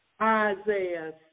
Isaiah